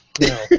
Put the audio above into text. No